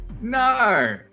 No